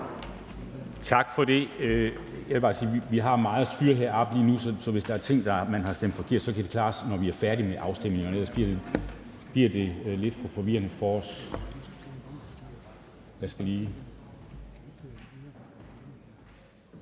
Tak for det. Jeg vil bare sige, at vi har meget at holde styr på heroppe lige nu, så hvis man har stemt forkert, kan det klares, når vi er færdige med afstemningerne. Ellers bliver det lidt for forvirrende for os.